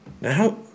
now